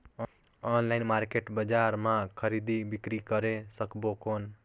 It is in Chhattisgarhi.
ऑनलाइन मार्केट बजार मां खरीदी बीकरी करे सकबो कौन?